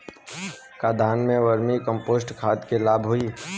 का धान में वर्मी कंपोस्ट खाद से लाभ होई?